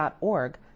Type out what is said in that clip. org